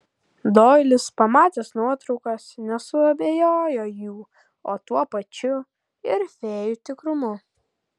doilis pamatęs nuotraukas nesuabejojo jų o tuo pačiu ir fėjų tikrumu